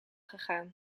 gegaan